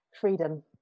freedom